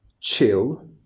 Chill